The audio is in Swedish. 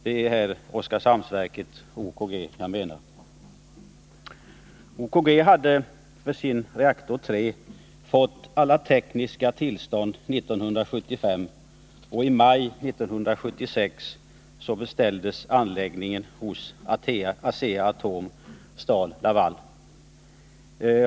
Det är Oskarshamnsverkets kraftgrupp, OKG, jag menar. OKG hade för sin reaktor 3 fått alla tekniska tillstånd 1975. Och i maj 1976 beställdes anläggningen hos Asea-Atom-Stal-Laval.